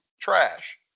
trash